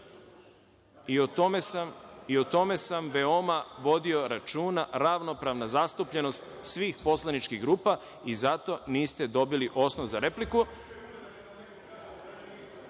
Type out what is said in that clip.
ustašama.)… veoma vodio računa, ravnopravna zastupljenost svih poslaničkih grupa i zato niste dobili osnov za repliku.(Boško